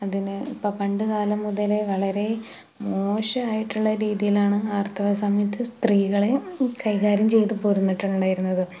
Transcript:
അതിന് ഇപ്പോൾ പണ്ടുകാലം മുതലെ വളരെ മോശവായിട്ടുള്ള രീതിയിലാണ് ആര്ത്തവ സമയത്ത് സ്ത്രീകളെ കൈകാര്യം ചെയ്ത് പോരുന്നിട്ടുണ്ടായിരുന്നത്